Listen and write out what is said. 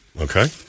Okay